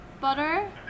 butter